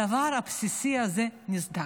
הדבר הבסיסי הזה נסדק,